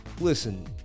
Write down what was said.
listen